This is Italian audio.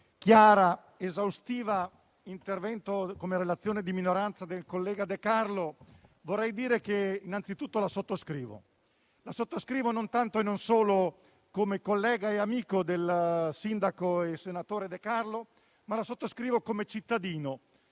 chiara ed esaustiva relazione di minoranza del collega De Carlo, vorrei dire innanzi tutto che la sottoscrivo. La sottoscrivo non tanto e non solo come collega e amico del sindaco e senatore De Carlo, ma come cittadino